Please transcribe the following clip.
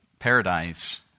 paradise